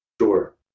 Sure